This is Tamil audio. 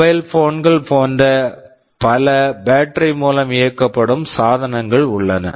மொபைல் போன்கள் போன்ற பல பேட்டரி மூலம் இயக்கப்படும் சாதனங்கள் உள்ளன